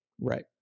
Right